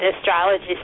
astrology